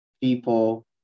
people